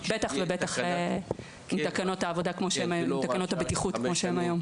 בטח ובטח עם תקנות הבטיחות כפי שהן היום.